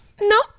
no